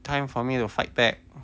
time for me to fight back